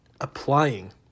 applying